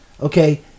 Okay